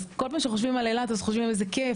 אז כל פעם שחושבים על אילת אז חושבים איזה כיף,